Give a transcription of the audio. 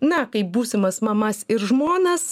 na kaip būsimas mamas ir žmonas